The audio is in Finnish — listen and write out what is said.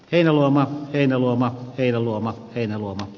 elomaa heinäluoma heinäluoma heinäluoma